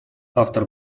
автор